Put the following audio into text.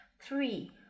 three